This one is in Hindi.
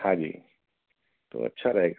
हाँ जी तो अच्छा रहेगा